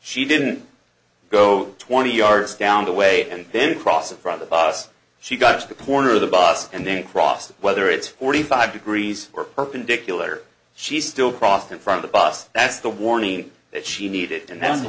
she didn't go twenty yards down the way and then cross it from the bus she got to the corner of the bus and then crossed whether it's forty five degrees or perpendicular she's still crossed in front of us that's the warning that she needed an